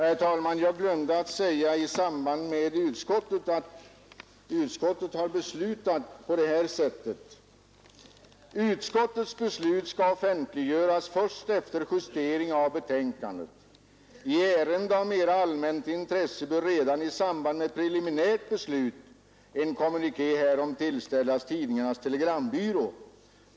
Herr talman! Jag glömde att säga att utskottet har beslutat på följande sätt: ”Utskottets beslut skall offentliggöras först efter justering av betänkandet. I ärende av mera allmänt intresse bör redan i samband med preliminärt beslut en kommuniké härom tillställas tidningarnas telegrambyrå.